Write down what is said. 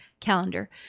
calendar